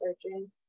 searching